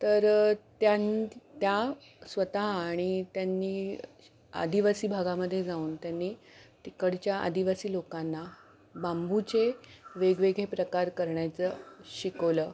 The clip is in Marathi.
तर त्यां त्या स्वतः आणि त्यांनी आदिवासी भागामध्ये जाऊन त्यांनी तिकडच्या आदिवासी लोकांना बांबूचे वेगवेगळे प्रकार करण्याचं शिकवलं